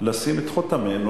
לשים את חותמנו,